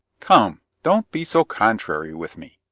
come don't be so contrary with me.